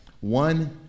One